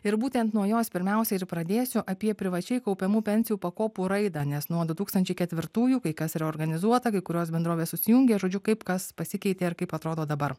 ir būtent nuo jos pirmiausia ir pradėsiu apie privačiai kaupiamų pensijų pakopų raidą nes nuo du tūkstančiai ketvirtųjų kai kas reorganizuota kai kurios bendrovės susijungė žodžiu kaip kas pasikeitė ir kaip atrodo dabar